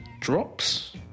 Drops